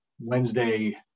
wednesday